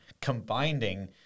combining